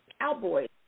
Cowboys